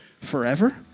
forever